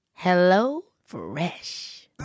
HelloFresh